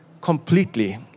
completely